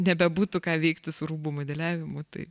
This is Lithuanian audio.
nebebūtų ką veikti su rūbų modeliavimu tai